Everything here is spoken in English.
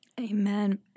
Amen